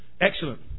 Excellent